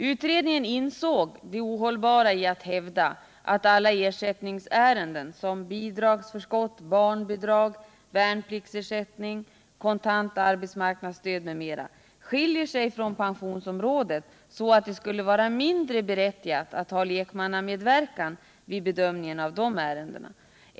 Utredningen insåg det ohållbara i att hävda att alla ersättningsärenden, såsom bidragsförskott, barnbidrag, värnpliktsersättning, kontant arbetsmarknadsstöd m.m., skiljer sig från pensionsområdet, varför det skulle vara mindre berättigat att ha lekmannamedverkan vid bedömningen av dessa ärenden.